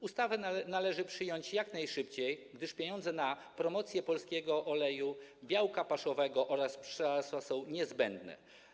Ustawę należy przyjąć jak najszybciej, gdyż pieniądze na promocję polskiego oleju, białka paszowego oraz pszczelarstwa są niezbędne.